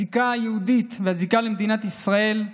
הזיקה היהודית והזיקה למדינת ישראל,